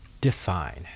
Define